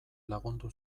lagundu